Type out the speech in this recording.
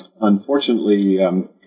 Unfortunately